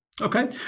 okay